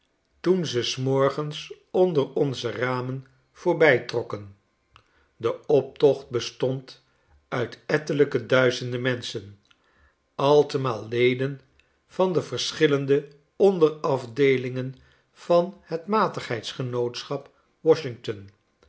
toen ze s morgens onder onze ramen voorbijtrokken de optocht bestond uit ettelijke duizenden menschen altemaal leden van verschillende onderafdeelingen van het matigheidsgenootschap washington